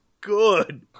good